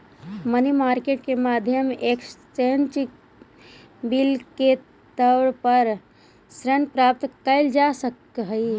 money market के माध्यम से एक्सचेंज बिल के तौर पर ऋण प्राप्त कैल जा सकऽ हई